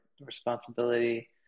responsibility